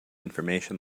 information